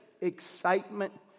excitement